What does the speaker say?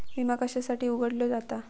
विमा कशासाठी उघडलो जाता?